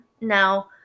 Now